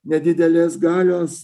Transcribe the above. nedidelės galios